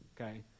okay